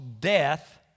death